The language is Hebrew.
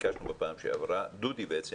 גם ביקשנו בפעם הקודמת מדודי.